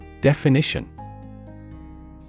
Definition